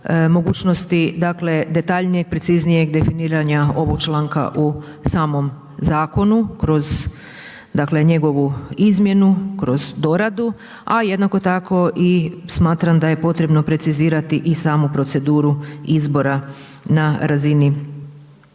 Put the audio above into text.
mogućnosti detaljnije, preciznijeg definiranja ovog članka u samom zakonu kroz njegovu izmjenu, kroz doradu a jednako tako i smatram da je potrebno precizirati i samu proceduru izbora na razini